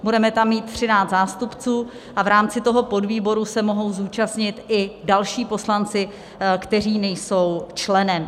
Budeme tam mít 13 zástupců a v rámci toho podvýboru se mohou zúčastnit i další poslanci, kteří nejsou členem.